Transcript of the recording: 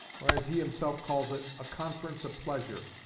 or as he himself calls it, a conference of pleasure,